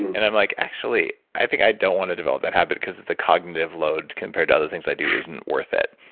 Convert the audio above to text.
and i'm like, actually, i think i don't want to develop that habit because of the cognitive load compared to other things i do isn't worth it.